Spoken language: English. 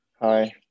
Hi